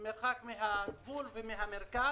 יש פרמטר של מצב סוציו-אקונומי ויש נושא של מרחק מהגבול ומהמרכז.